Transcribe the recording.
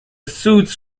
suites